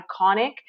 iconic